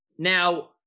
Now